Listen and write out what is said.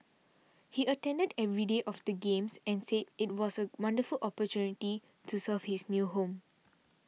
he attended every day of the Games and said it was a wonderful opportunity to serve his new home